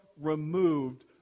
removed